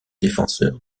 défenseur